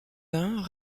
bains